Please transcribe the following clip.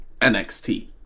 NXT